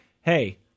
hey